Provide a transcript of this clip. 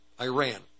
Iran